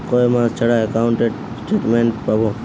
কয় মাস ছাড়া একাউন্টে স্টেটমেন্ট পাব?